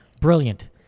brilliant